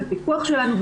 בפיקוח שלנו,